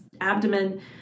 abdomen